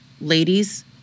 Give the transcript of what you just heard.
Ladies